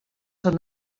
són